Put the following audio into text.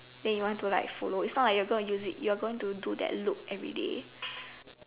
then you want to like follow is not like you're gonna use it you're going to do that look everyday